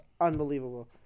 unbelievable